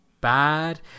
bad